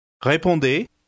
Répondez